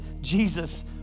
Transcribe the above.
Jesus